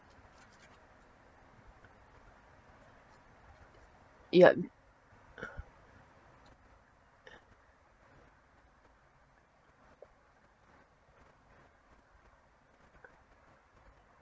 yep